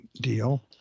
deal